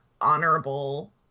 honorable